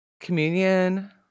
Communion